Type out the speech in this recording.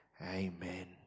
amen